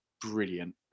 brilliant